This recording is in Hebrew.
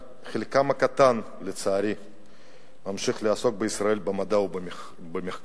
רק חלקם הקטן ממשיך לעסוק בישראל במדע ובמחקר,